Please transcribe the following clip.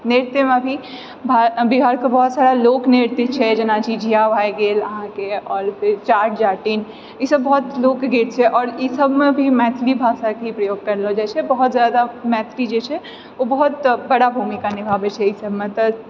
नृत्यमे भी भा बिहारके बहुत सारा लोक नृत्य छै जेनाकि झिझिआ भए गेल आओर जट जाटिन ई सभ बहुत लोक गीत छै आओर ई सभमे भी मैथिली भाषाकेँ प्रयोग करलो जाइत छै बहुत जादा मैथिली जे छै ओ बहुत बड़ा भूमिका निभाबै छै एहि सभमे तऽ